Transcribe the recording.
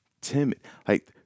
timid—like